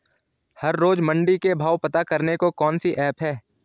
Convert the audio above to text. हर रोज़ मंडी के भाव पता करने को कौन सी ऐप है?